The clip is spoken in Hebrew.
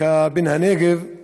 כבן הנגב.